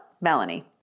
Melanie